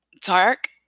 dark